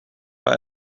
bei